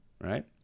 right